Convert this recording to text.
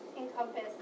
encompass